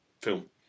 film